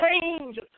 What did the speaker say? change